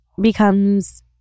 becomes